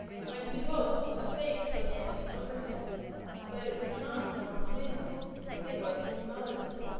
when he woke, a face was bending over him but it was not north wind's it was his mother's.